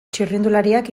txirrindulariak